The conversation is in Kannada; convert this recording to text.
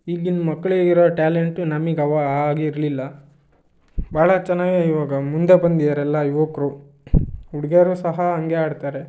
ಈಗಿನ ಮಕ್ಕಳಿಗಿರೊ ಟ್ಯಾಲೆಂಟು ನಮಗೆ ಅವಾಗ ಆಗ ಇರಲಿಲ್ಲ ಭಾಳ ಚೆನ್ನಾಗೇ ಇವಾಗ ಮುಂದೆ ಬಂದಿಯಾರೆ ಎಲ್ಲ ಯುವಕರು ಹುಡುಗಿಯರೂ ಸಹ ಹಾಗೇ ಆಡ್ತಾರೆ